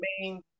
main